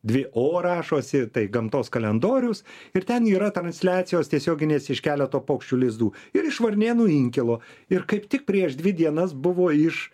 dvi o rašosi tai gamtos kalendorius ir ten yra transliacijos tiesioginės iš keleto paukščių lizdų ir iš varnėnų inkilo ir kaip tik prieš dvi dienas buvo iš